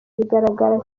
bigaragara